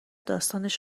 داستانش